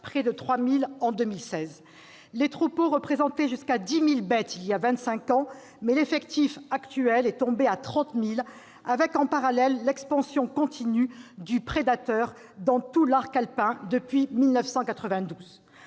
près de 3 000 en 2016. Alors que les troupeaux comptaient jusqu'à 100 000 bêtes il y a vingt-cinq ans, l'effectif actuel est tombé à 30 000 avec, en parallèle, l'expansion continue du prédateur dans tout l'arc alpin depuis 1992.